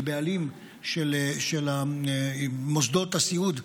לבעלים של מוסדות הסיעוד,